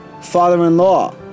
father-in-law